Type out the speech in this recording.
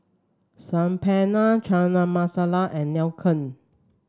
Saag Paneer Chana Masala and Nacho